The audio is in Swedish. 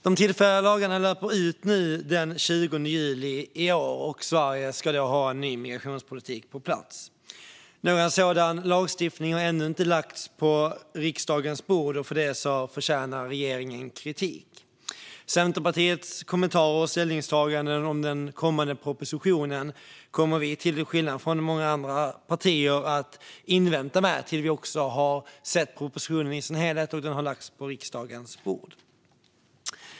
De tillfälliga lagarna löper ut den 20 juli i år, och Sverige ska då ha en ny migrationspolitik på plats. Någon sådan lagstiftning har ännu inte lagts på riksdagens bord, och för detta förtjänar regeringen kritik. Centerpartiets kommentarer och ställningstaganden när det gäller den kommande propositionen kommer vi, till skillnad från många andra partier, att vänta med tills vi har sett propositionen i dess helhet och den har lagts på riksdagens bord.